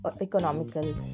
economical